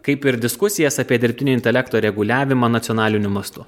kaip ir diskusijas apie dirbtinio intelekto reguliavimą nacionaliniu mastu